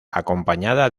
acompañada